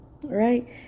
right